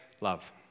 Love